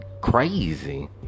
crazy